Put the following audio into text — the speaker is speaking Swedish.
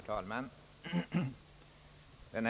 Herr talman!